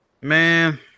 Man